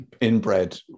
inbred